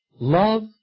love